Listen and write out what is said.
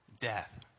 death